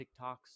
tiktoks